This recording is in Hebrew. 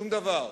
שום דבר.